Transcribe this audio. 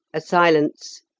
a silence.